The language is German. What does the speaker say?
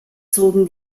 zogen